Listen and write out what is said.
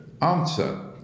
answer